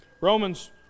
Romans